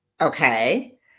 okay